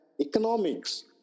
economics